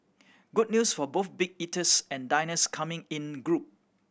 good news for both big eaters and diners coming in group